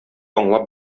аңлап